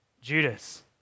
Judas